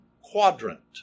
quadrant